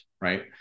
right